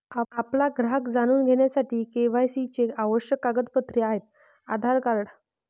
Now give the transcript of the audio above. आपला ग्राहक जाणून घेण्यासाठी के.वाय.सी चे आवश्यक कागदपत्रे आहेत आधार कार्ड